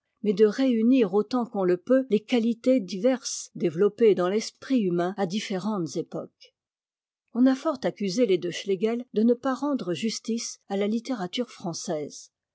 mais de réunir autant qu'on le peut les qualités diverses développées dans l'esprit humain à différentes époques on a fort accusé les deux schlegel de ne pas rendre justice à la littérature française